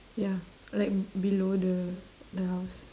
ya like below the the house